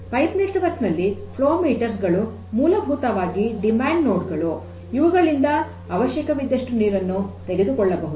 pipe network ನಲ್ಲಿ flow meters ಗಳು ಮುಲಭೂತವಾಗಿ ಡಿಮ್ಯಾಂಡ್ ನೋಡ್ ಗಳು ಇವುಗಳಿಂದ ಅವಶ್ಯಕವಿದ್ದಷ್ಟು ನೀರನ್ನು ತೆಗೆದುಕೊಳ್ಳಬಹುದು